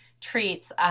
treats